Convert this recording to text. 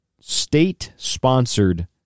state-sponsored